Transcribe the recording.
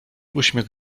uśmiech